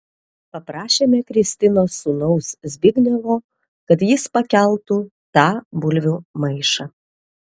paprašėme kristinos sūnaus zbignevo kad jis pakeltų tą bulvių maišą